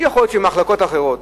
יכול להיות שבמחלקות אחרות.